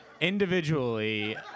individually